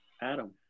Adam